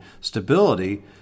stability